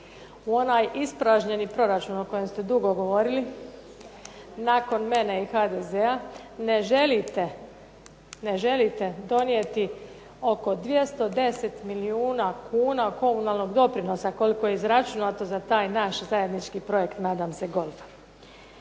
u onaj ispražnjeni proračun o kojem ste dugo govorili, nakon mene i HDZ-a ne želite donijeti oko 210 milijuna kuna komunalnog doprinosa koliko je izračunato za taj naš zajednički projekt nadam se golfa.